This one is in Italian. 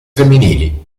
femminili